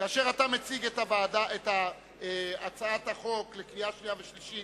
כאשר אתה מציג את הצעת החוק לקריאה שנייה ולקריאה שלישית,